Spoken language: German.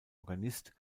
organist